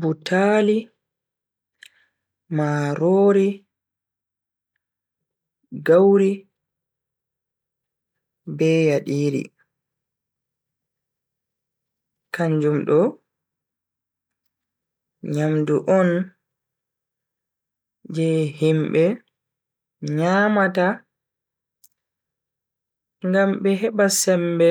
Butaali, marori, gauri be yadiiri. Kanjum do nyamdu on je himbe nyamata ngam be heba sembe